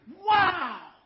wow